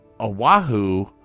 Oahu